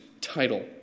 title